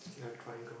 ya the triangle